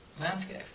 landscape